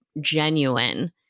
genuine